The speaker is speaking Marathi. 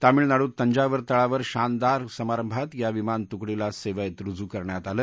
तामिळनाडूत तंजावर तळावर शानदार समारंभात या विमान तुकडीला सेवेत रुजू करण्यात आलं